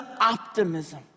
optimism